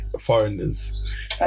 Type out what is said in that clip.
Foreigners